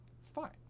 Fine